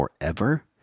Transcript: forever